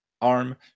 arm